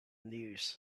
news